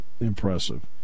Impressive